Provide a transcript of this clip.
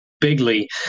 bigly